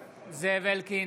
אלקין,